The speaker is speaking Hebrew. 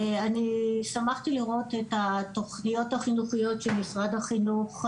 פותחת את ישיבת הוועדה בעניין חינוך ושימור היסטוריה,